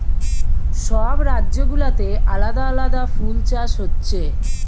সব রাজ্য গুলাতে আলাদা আলাদা ফুল চাষ হচ্ছে